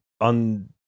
on